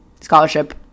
scholarship